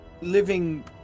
living